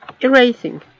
erasing